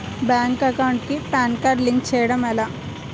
Bank account కి PAN card link చేయడం ఎలా?